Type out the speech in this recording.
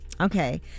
Okay